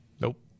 nope